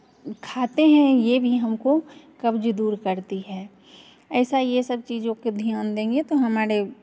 खाते हैं ये भी हमको कब्ज़ दूर करती है ऐसा ये सब चीज़ों के ध्यान देंगे तो हमारे